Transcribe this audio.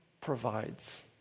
provides